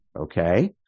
okay